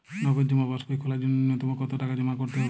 নগদ জমা পাসবই খোলার জন্য নূন্যতম কতো টাকা জমা করতে হবে?